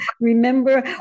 remember